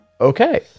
Okay